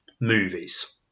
movies